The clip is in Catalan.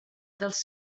dels